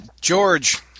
George